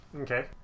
Okay